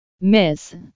Miss